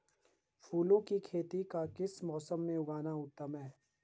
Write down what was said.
फूलों की खेती का किस मौसम में उगना उत्तम है?